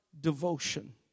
devotion